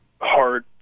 hard